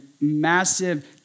massive